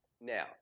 Now